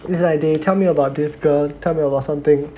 is like they tell me about this girl tell me about something